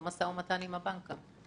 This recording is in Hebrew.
הם אלה שאחראים על אותו מו"מ עם הבנק.